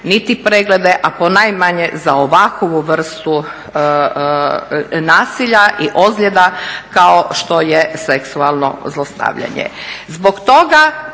niti preglede, a ponajmanje za ovakvu vrstu nasilja i ozljeda kao što je seksualno zlostavljanje.